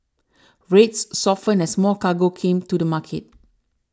rates softened as more cargo came to the market